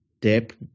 depth